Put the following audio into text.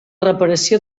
reparació